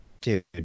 Dude